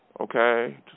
okay